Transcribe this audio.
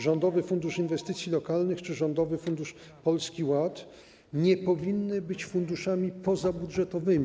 Rządowy Fundusz Inwestycji Lokalnych czy Rządowy Fundusz Polski Ład nie powinny być funduszami pozabudżetowymi.